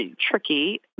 tricky